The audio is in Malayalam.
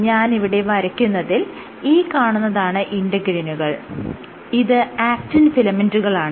ഞാനിവിടെ വരയ്ക്കുന്നതിൽ ഈ കാണുന്നതാണ് ഇന്റെഗ്രിനുകൾ ഇത് ആക്റ്റിൻ ഫിലമെന്റുകളാണ്